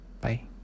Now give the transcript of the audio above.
bye